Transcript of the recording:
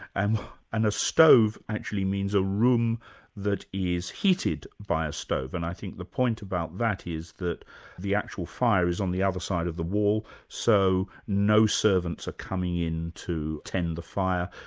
and and a stove actually means a room that is heated by a stove. and i think the point about that is that the actual fire is on the other side of the wall so no servants are coming in to tend the fire,